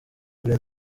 kuri